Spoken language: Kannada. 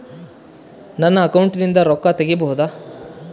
ನನ್ನ ಅಕೌಂಟಿಂದ ರೊಕ್ಕ ತಗಿಬಹುದಾ?